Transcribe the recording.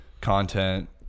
content